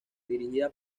dirigida